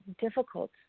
difficult